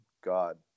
God